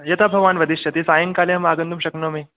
यथा भवान् वदिष्यति सायङ्काले अहम् आगन्तुं शक्नोमि